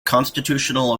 constitutional